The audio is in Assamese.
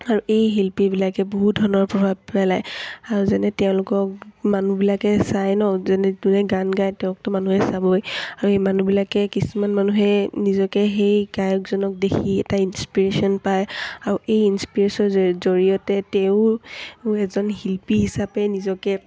আৰু এই শিল্পীবিলাকে বহুত ধৰণৰ প্ৰভাৱ পেলায় আৰু যেনে তেওঁলোকক মানুহবিলাকে চায় নহ্ যেনে যোনে গান গায় তেওঁকতো মানুহে চাবই আৰু এই মানুহবিলাকে কিছুমান মানুহে নিজকে সেই গায়কজনক দেখি এটা ইনস্পিৰেশ্যন পায় আৰু এই ইনস্পিৰেশ্যনৰ জৰিয়তে তেওও এজন শিল্পী হিচাপে নিজকে